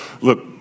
look